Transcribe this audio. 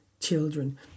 children